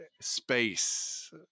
Space